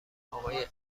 آقای